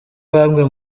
bamwe